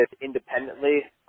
independently